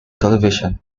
television